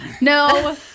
no